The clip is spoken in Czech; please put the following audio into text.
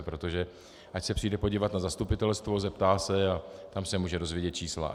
Ať se přijde podívat na zastupitelstvo, zeptá se a tam se může dozvědět čísla.